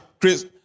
Chris